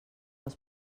als